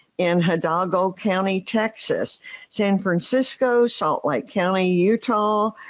in hidalgo county, texas san francisco, salt like county, utah.